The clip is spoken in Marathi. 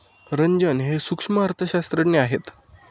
रंजन हे सूक्ष्म अर्थशास्त्रज्ञ आहेत